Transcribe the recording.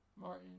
Martin